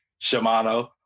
Shimano